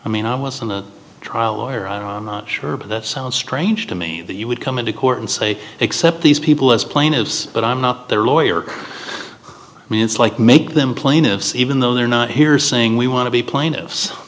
i mean i was in the trial lawyer i'm not sure but it sounds strange to me that he would come into court and say except these people as plaintiffs but i'm not their lawyer i mean it's like make them plaintiffs even though they're not here saying we want to be plaintiffs